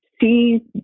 see